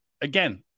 again